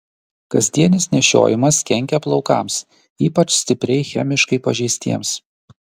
kasdienis nešiojimas kenkia plaukams ypač stipriai chemiškai pažeistiems